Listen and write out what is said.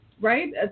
right